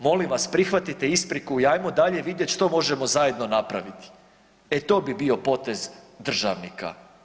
Molim vas prihvatite ispriku i hajmo dalje vidjeti što možemo zajedno napraviti, e to bi bio potez državnika.